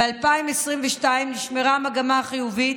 ב-2022 נשמרה המגמה החיובית,